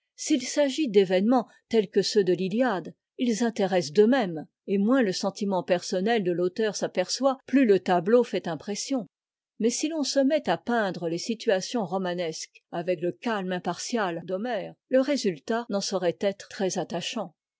s'il s'agit d'événements tels que ceux de l'iliade ils intéressent d'eux-mêmes et moins le sentiment personnel de l'auteur s'aperçoit plus le tableau fait impression mais si l'on se met à peindre les situations romanesques avec le calme impartial d'homère le résultat n'en saurait être